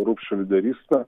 rupšio lyderyste